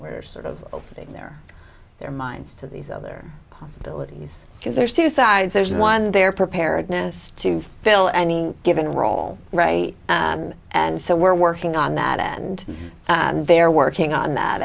were sort of opening their their minds to these other possibilities because there's two sides there's one there preparedness to fill any given role and so we're working on that and they're working on that